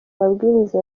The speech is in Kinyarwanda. mabwiriza